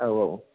औ औ